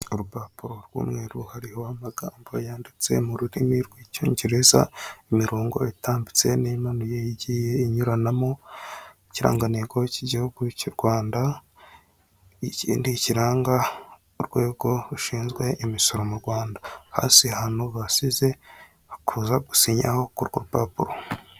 Urupapuro rw'umweru hariho amagambo yanditse mu rurimi rw'Icyongereza, imirongo itambitse n'imanuye igiye inyuranamo n'ikirangantego cy'igihugu cy'u Rwanda n'ikindi kiranga urwego rushinzwe imisoro mu Rwanda. Hasi hano basize ni ukuza gusinyaho kuri urwo rupapuro.